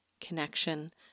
Connection